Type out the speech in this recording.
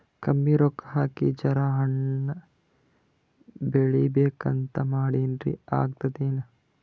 ಕಮ್ಮಿ ರೊಕ್ಕ ಹಾಕಿ ಜರಾ ಹಣ್ ಬೆಳಿಬೇಕಂತ ಮಾಡಿನ್ರಿ, ಆಗ್ತದೇನ?